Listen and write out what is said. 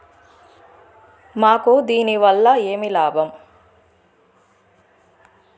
మాకు దీనివల్ల ఏమి లాభం